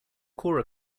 cora